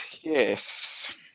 Yes